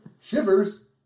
Shivers